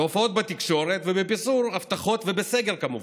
בהופעות בתקשורת ובפיזור הבטחות ובסגר, כמובן.